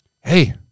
Hey